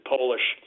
Polish